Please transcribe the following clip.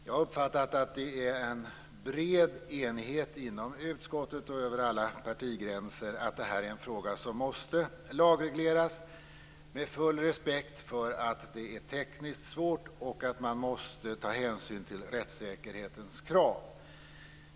Jag har uppfattat att det råder en bred enighet inom utskottet och över alla partigränser om att det här är en fråga som måste lagregleras med full respekt för att det är tekniskt svårt och att man måste ta hänsyn till rättssäkerhetens krav.